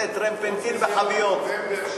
זה טרפנטין בחביות.